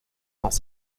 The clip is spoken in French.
dans